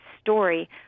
story